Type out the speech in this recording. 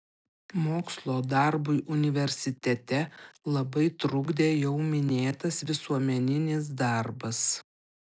mokslo darbui universitete labai trukdė jau minėtas visuomeninis darbas